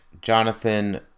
Jonathan